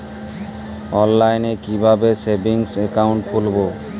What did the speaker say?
অনলাইনে কিভাবে savings account খুলবো?